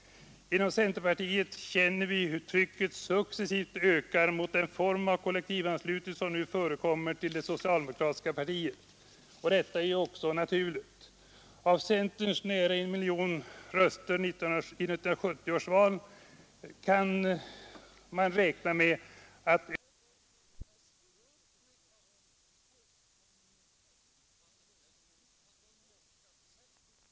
Inom centerpartiet känner vi hur trycket successivt ökar mot den form av kollektivanslutning som nu förekommer till det socialdemokratiska partiet. Detta är också naturligt. Av centerns nära 1 miljon väljare i 1970 års val kan över en kvarts miljon beräknas vara anslutna till LO-förbund.